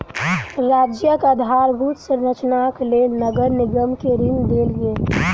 राज्यक आधारभूत संरचनाक लेल नगर निगम के ऋण देल गेल